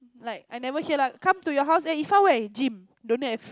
like I never hear lah come to your house eh Ifan where gym don't have